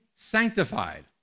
sanctified